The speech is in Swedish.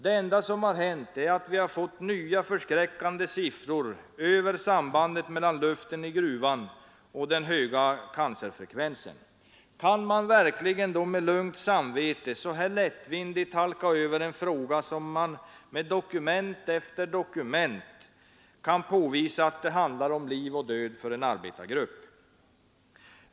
Det enda som har hänt är att vi har fått nya förskräckande siffror över sambandet mellan luften i gruvan och den höga lungcancerfrekvensen. Kan man verkligen med lugnt samvete så här lättvindigt halka över en fråga, där det med dokument efter dokument kan påvisas att det handlar om liv och död för en arbetargrupp?